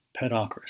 pedocracy